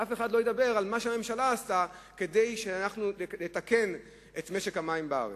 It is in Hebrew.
ואף אחד לא ידבר על מה שהממשלה עשתה כדי לתקן את משק המים בארץ.